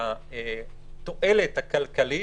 שהתועלת הכלכלית,